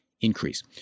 increase